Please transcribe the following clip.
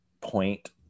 point